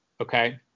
Okay